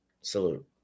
Salute